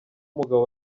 umugabo